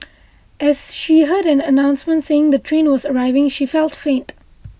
as she heard an announcement saying the train was arriving she felt faint